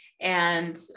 and-